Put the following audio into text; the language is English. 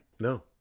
no